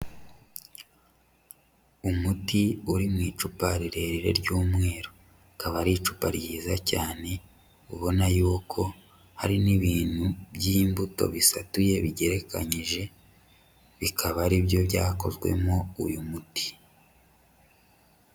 Umuti uri mu icupa rirerire ry'umweru, akaba ari icupa ryiza cyane ubona yuko hari n'ibintu by'imbuto bisatuye bigerekanyije, bikaba ari byo byakozwemo uyu muti.